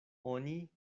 oni